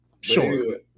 Sure